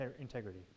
integrity